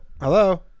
hello